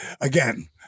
again